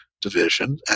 division